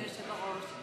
אדוני היושב-ראש,